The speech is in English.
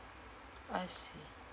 I see